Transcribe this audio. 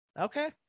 Okay